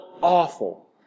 awful